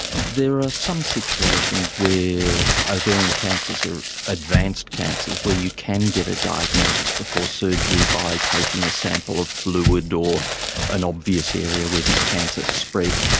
there are some situations where ah ovarian cancers are advanced cancers where you can get a diagnosis before surgery by taking a sample of fluid or an obvious area where this cancer has spread.